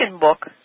book